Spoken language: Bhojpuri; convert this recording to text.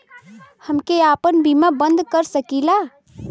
हमके आपन बीमा बन्द कर सकीला?